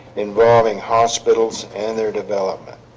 involving hospitals and their development